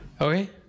Okay